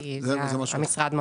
כי את זה המשרד מפעיל.